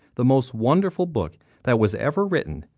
the most wonderful book that was ever written.